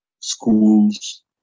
schools